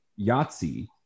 Yahtzee